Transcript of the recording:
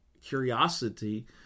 curiosity